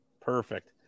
Perfect